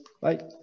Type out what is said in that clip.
Bye